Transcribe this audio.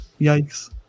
Yikes